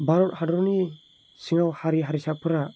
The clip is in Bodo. भारत हादरनि सिङाव हारि हारिसाफोरा